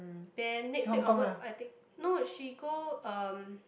then next week onwards I think no she go um